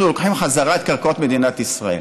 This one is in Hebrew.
אנחנו לוקחים בחזרה את קרקעות מדינת ישראל.